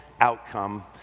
outcome